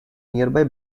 nearby